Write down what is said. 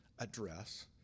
Address